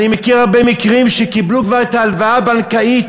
אני מכיר הרבה מקרים שקיבלו כבר את ההלוואה הבנקאית,